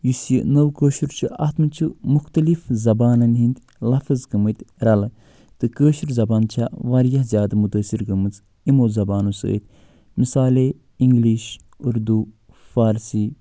یُس یہِ نٔوۍ کٲشُر چھُ اَتھ منٛز چھُ مُختٔلِف زَبانن ۂندۍ لَفظ گٕٔمٕتۍ رَلہٕ تہٕ کٲشِر زَبان چھےٚ واریاہ زیادٕ مُتٲثر گٕٔمژ یِمَو زَبانو سۭتۍ مِثالے اِنگلِش اُردو فارسی